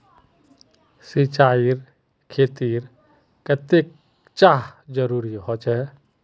सिंचाईर खेतिर केते चाँह जरुरी होचे?